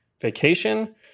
Vacation